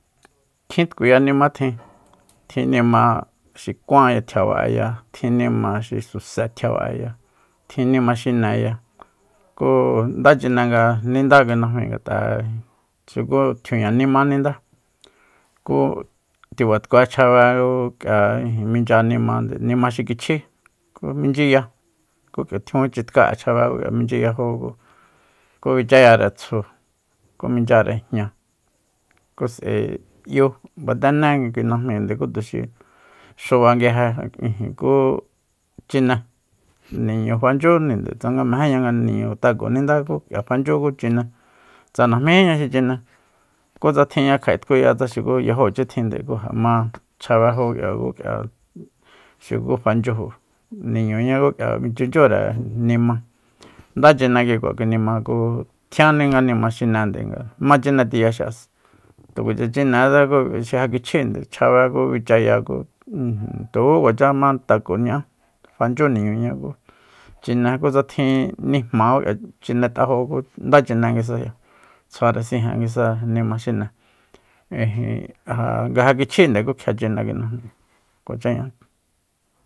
Kjin tkuya nima tjin tjin nima xi kuan tjiaba'eya tjin nima xi suse tjiaba'eya tjin nima xineya ku nda chine nga ninda kui najmíi ngat'a xu tjiuña nimá nindá ku tiba tkue chjabe ku k'ia ijin minchya nimande nimá xi kichjí minchyiya ku k'ia tjiajun chitka'e chjabe ku k'ia minchiyajó ku bichayare tsju ku minchyare jña ku s'ae 'yu batené kui najmí ku tuxi xuba nguije ku chine niñu fanchyuni tsanga mejeña nga niñu tako nindá ku k'ia fanchyú ku chine tsa najmíjiña xi chine kutsa tjinña kja'e tkuya tsa xuku yajóochi tjinde ku ja ma chjabejó k'ia ku k'ia xuku fanchyuju niñuñá ku k'ia bichunchyure nimá nda chine kikua kui nima ku tjianni nga nima xinende nga ma chine tiya xi'asa tukuacha chinetse xi ja kichjínde chjabe ku bichaya ku tuku kuacha taco ña'á fanchyú niñuña ku chine kutsa tjin nijmá ku k'ia chinet'ajo ku ndá chine nguisaya tsjuare sijen nguisa nima xine ijin aja nga ja kichjinde ku kjia chine kui najmíi kuacha ña'á